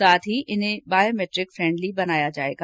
साथ इन्हें biometric friendly बनाया जायेगा